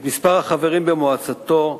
את מספר החברים במועצתו,